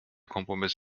kompromiss